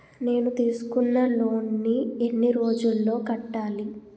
నేను తీసుకున్న లోన్ నీ ఎన్ని రోజుల్లో కట్టాలి?